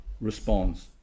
responds